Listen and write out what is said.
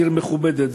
עיר מכובדת.